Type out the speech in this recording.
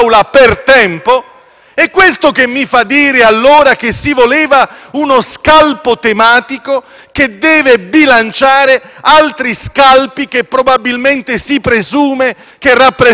È questo che mi fa dire, allora, che si voleva uno scalpo tematico che deve bilanciare altri scalpi che probabilmente si presume rappresentino risultati.